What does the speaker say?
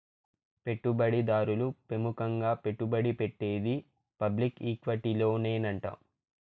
పెట్టుబడి దారులు పెముకంగా పెట్టుబడి పెట్టేది పబ్లిక్ ఈక్విటీలోనేనంట